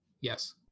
Yes